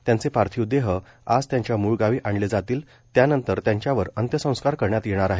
त्यांचे पार्थिव देह आज त्यांच्या मूळ गावी आणले जातील त्यानंतर त्यांच्यावर अंत्यसंस्कार करण्यात येणार आहेत